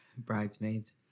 Bridesmaids